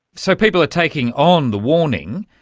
so people are taking on the warning,